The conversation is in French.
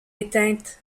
éteinte